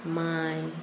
मांय